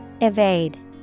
Evade